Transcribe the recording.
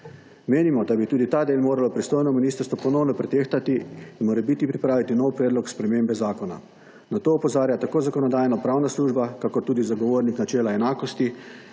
Menimo, da bi tudi ta del moralo pristojno ministrstvo ponovno pretehtati in morebiti pripraviti nov predlog spremembe zakona. Na to opozarja tako Zakonodajnopravna služba, kakor tudi zagovornik načela enakosti,